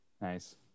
Nice